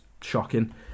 shocking